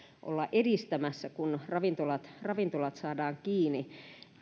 olla edistämässä kun ravintolat ravintolat saadaan kiinni